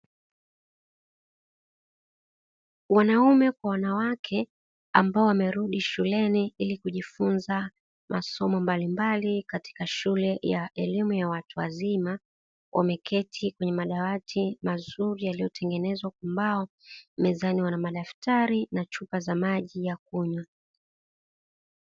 Wanaume kwa wanawake ambao wamerudi shuleni ili kujifunza masomo mbalimbali katika shule ya elimu ya watu wazima, wameketi kwenye madawati mazuri yaliyotengenezwa kwa mbao; mezani wana madaftari na chupa za maji ya kunywa.